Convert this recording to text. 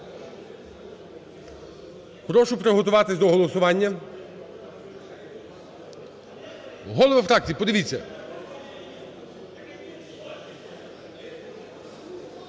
прошу приготуватись до голосування. Голови фракцій, подивіться.